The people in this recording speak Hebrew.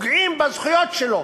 פוגעים בזכויות שלו.